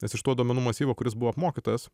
nes iš to duomenų masyvo kuris buvo apmokytas